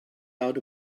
out